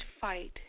fight